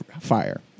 fire